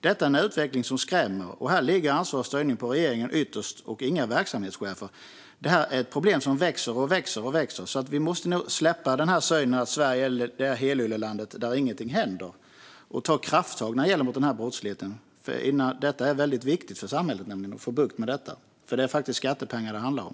Detta är en utveckling som skrämmer. Här ligger ansvar och styrning ytterst på regeringen och inga verksamhetschefer. Detta är ett problem som växer alltmer. Vi måste nog släppa synen att Sverige är helyllelandet där ingenting händer och ta krafttag mot den här brottsligheten. Det är väldigt viktigt för samhället att få bukt med detta. Det är faktiskt skattepengar det handlar om.